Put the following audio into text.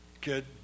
kid